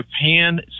Japan